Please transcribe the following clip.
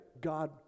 God